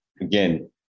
again